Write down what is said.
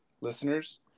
listeners